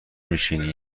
میشینی